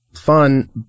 fun